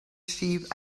chief